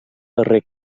darrer